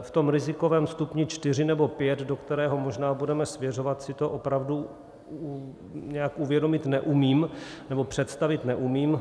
V tom rizikovém stupni 4 nebo 5, do kterého možná budeme směřovat, si to opravdu nějak uvědomit neumím, nebo představit neumím.